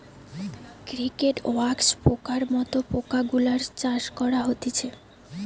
cricket, wax পোকার মত পোকা গুলার চাষ করা হতিছে